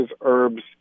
herbs